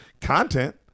content